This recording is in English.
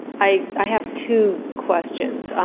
i i have two questions.